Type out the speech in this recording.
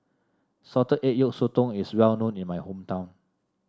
Salted Egg Yolk Sotong is well known in my hometown